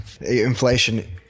Inflation